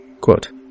quote